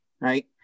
right